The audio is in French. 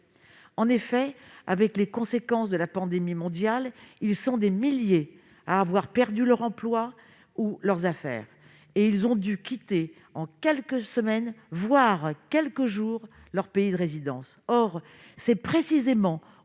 en France. Du fait de la pandémie, ils sont des milliers à avoir perdu leur emploi ou leurs affaires : ils ont dû quitter en quelques semaines, voire quelques jours, leur pays de résidence. Or c'est précisément